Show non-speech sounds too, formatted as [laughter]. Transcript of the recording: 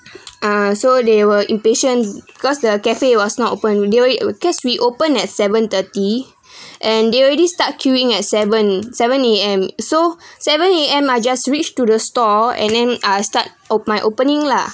ah so they were impatient cause the cafe was not open they already were guess we open at seven thirty [breath] and they already start queuing at seven seven A_M so [breath] seven A_M I just reach to the store and then I start op~ my opening lah